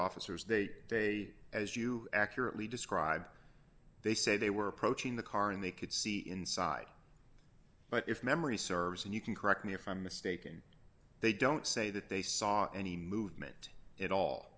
officers they they as you accurately describe they say they were approaching the car and they could see inside but if memory serves and you can correct me if i'm mistaken they don't say that they saw any movement at all